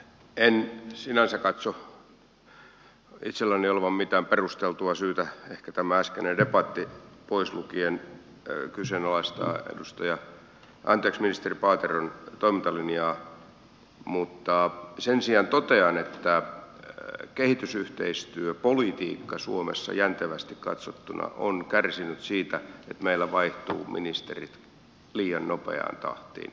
en sinänsä katso itselläni olevan mitään perusteltua syytä ehkä tämä äskeinen debatti pois lukien kyseenalaistaa ministeri paateron toimintalinjaa mutta sen sijaan totean että kehitysyhteistyöpolitiikka suomessa jäntevästi katsottuna on kärsinyt siitä että meillä vaihtuvat ministerit liian nopeaan tahtiin